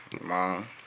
Mom